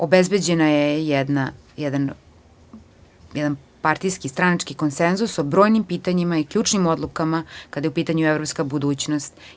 Obezbeđen je jedan partijski stranački konsenzus o brojnim pitanjima i ključnim odlukama kada je u pitanju evropska budućnost.